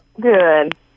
Good